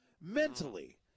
mentally